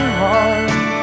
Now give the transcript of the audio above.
heart